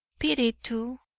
pity, too,